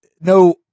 no